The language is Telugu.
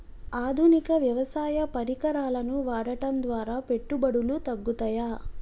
ఆధునిక వ్యవసాయ పరికరాలను వాడటం ద్వారా పెట్టుబడులు తగ్గుతయ?